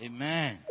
Amen